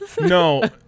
No